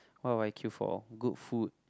what will I queue for good food